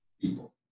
People